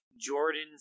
Jordan